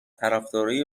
طرفدارای